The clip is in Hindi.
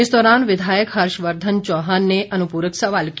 इस दौरान विधायक हर्ष वर्धन चौहान ने अनुपूरक सवाल किया